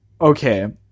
okay